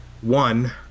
One